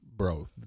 bro